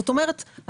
זאת אומרת,